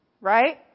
Right